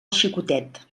xicotet